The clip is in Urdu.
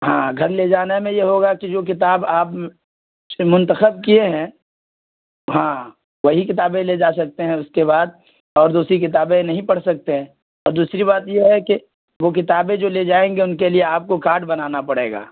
ہاں گھر لے جانے میں یہ ہوگا کہ جو کتاب آپ منتخب کیے ہیں ہاں وہی کتابیں لے جا سکتے ہیں اس کے بعد اور دوسری کتابیں نہیں پڑھ سکتے اور دوسری بات یہ ہے کہ وہ کتابیں جو لے جائیں گے ان کے لیے آپ کو کارڈ بنانا پڑے گا